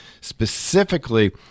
specifically